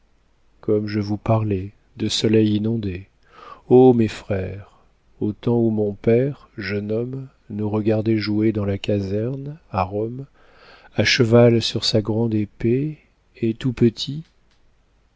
comme je vous parlais de soleil inondé ô mes frères au temps où mon père jeune homme nous regardait jouer dans la caserne à rome a cheval sur sa grande épée et tout